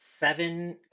seven